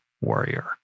warrior